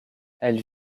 elle